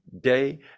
day